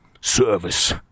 service